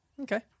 Okay